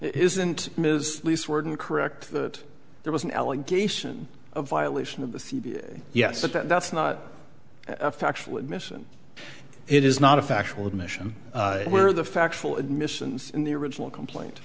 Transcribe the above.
isn't ms lease wording correct that there was an allegation of violation of the yes but that's not a factual admission it is not a factual admission where the factual admissions in the original complaint